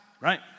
right